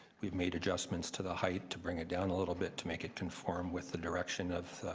we've made adjustments to the height to bring it down a little bit to make it conform with the direction of